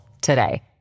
today